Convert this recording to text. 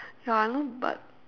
ya I know but